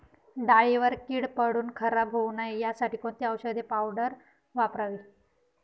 डाळीवर कीड पडून खराब होऊ नये यासाठी कोणती औषधी पावडर वापरावी?